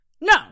no